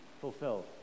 fulfilled